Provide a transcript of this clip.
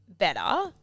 better